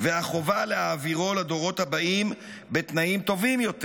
והחובה להעבירו לדורות הבאים בתנאים טובים יותר,